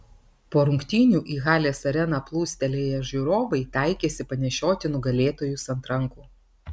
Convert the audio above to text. po rungtynių į halės areną plūstelėję žiūrovai taikėsi panešioti nugalėtojus ant rankų